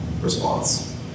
response